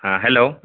ہاں ہیلو